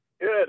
good